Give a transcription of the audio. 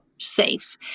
safe